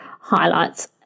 highlights